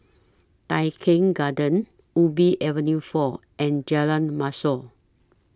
Tai Keng Gardens Ubi Avenue four and Jalan Mashhor